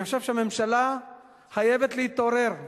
אני חושב שהממשלה חייבת להתעורר.